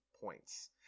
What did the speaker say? points